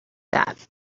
that